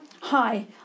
hi